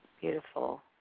Beautiful